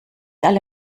alle